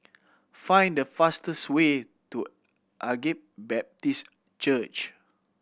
find the fastest way to Agape Baptist Church